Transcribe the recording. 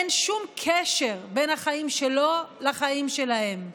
אין שום קשר בין החיים שלו לחיים שלהם.